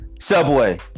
Subway